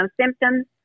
symptoms